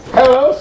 Hello